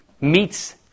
meets